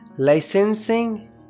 Licensing